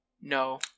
no